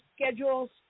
schedules